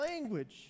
language